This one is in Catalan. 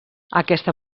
aquesta